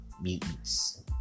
mutants